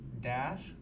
Dash